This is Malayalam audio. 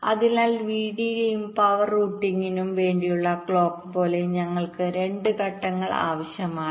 അതിനാൽ VDD യ്ക്കും പവർ റൂട്ടിംഗിനുംവേണ്ടിയുള്ള ക്ലോക്ക് പോലെ ഞങ്ങൾക്ക് രണ്ട് ഘട്ടങ്ങൾ ആവശ്യമാണ്